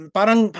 parang